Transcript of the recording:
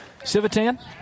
Civitan